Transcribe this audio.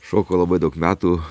šoku labai daug metų